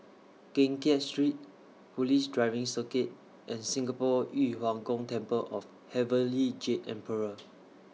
Keng Kiat Street Police Driving Circuit and Singapore Yu Huang Gong Temple of Heavenly Jade Emperor